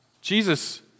Jesus